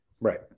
Right